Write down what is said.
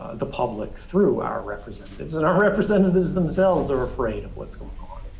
the public, through our representatives, and our representatives themselves are afraid of what's going on.